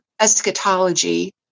eschatology